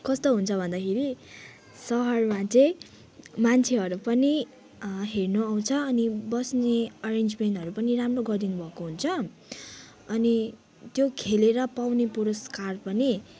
कस्तो हुन्छ भन्दाखेरि सहरमा चाहिँ मान्छेहरू पनि हेर्नु आउँछ अनि बस्ने अरेन्जमेन्टहरू पनि राम्रो गरिदिनुभएको हुन्छ अनि त्यो खेलेर पाउने पुरस्कार पनि